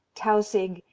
tausig,